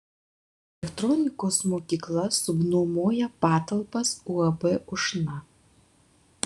elektronikos mokykla subnuomoja patalpas uab ušna